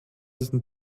sind